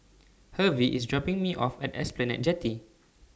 Hervey IS dropping Me off At Esplanade Jetty